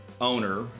owner